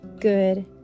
good